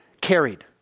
carried